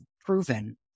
proven